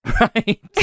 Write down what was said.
Right